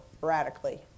radically